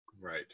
right